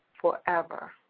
forever